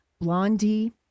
Blondie